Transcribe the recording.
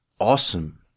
awesome